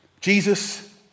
Jesus